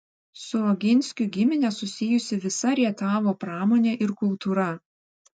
su oginskių gimine susijusi visa rietavo pramonė ir kultūra